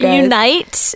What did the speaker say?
unite